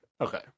Okay